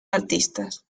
artistas